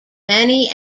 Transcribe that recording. many